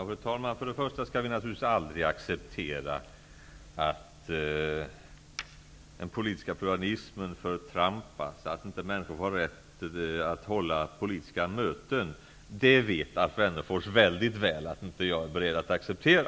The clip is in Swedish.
Fru talman! Först och främst skall vi naturligtvis aldrig acceptera att den politiska pluralismen förtrampas, att människor inte har rätt att hålla politiska möten. Det vet Alf Wennerfors väldigt väl att jag inte är beredd att acceptera.